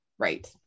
Right